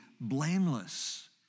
blameless